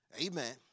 Amen